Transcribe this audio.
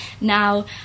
now